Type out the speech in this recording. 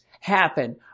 happen